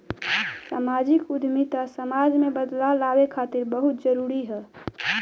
सामाजिक उद्यमिता समाज में बदलाव लावे खातिर बहुते जरूरी ह